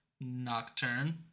Nocturne